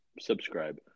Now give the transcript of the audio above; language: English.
subscribe